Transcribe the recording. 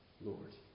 Lord